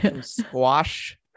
Squash